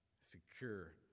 secure